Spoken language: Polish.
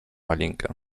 alinkę